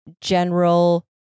general